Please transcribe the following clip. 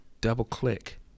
double-click